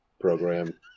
program